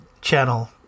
channel